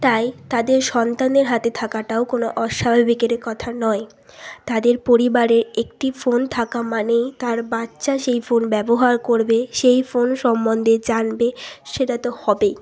তাই তাদের সন্তানের হাতে থাকাটাও কোনো অস্বাভাবিকের কথা নয় তাদের পরিবারে একটি ফোন থাকা মানেই তার বাচ্চা সেই ফোন ব্যবহার করবে সেই ফোন সম্বন্ধে জানবে সেটা তো হবেই